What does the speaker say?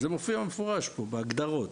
זה מופיע במפורש פה בהגדרות.